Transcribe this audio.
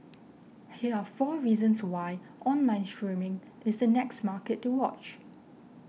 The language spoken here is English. here are four reasons why online streaming is the next market to watch